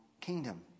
kingdom